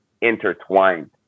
intertwined